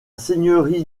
seigneurie